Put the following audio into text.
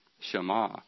Shema